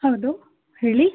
ಹೌದು ಹೇಳಿ